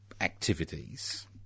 activities